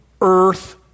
earth